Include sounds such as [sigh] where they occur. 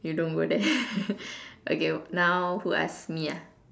you don't go there [laughs] okay now who ask me ah